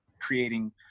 creating